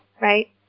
right